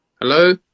Hello